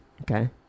okay